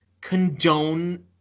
condone